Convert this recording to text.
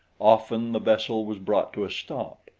often the vessel was brought to a stop,